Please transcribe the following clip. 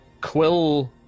Quill